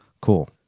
Cool